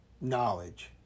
knowledge